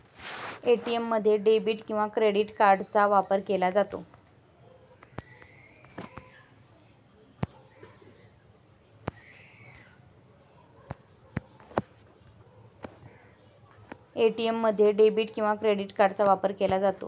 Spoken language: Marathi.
ए.टी.एम मध्ये डेबिट किंवा क्रेडिट कार्डचा वापर केला जातो